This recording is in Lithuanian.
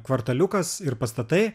kvartaliukas ir pastatai